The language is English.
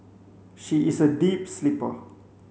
she is a deep sleeper